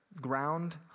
ground